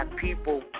people